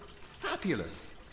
fabulous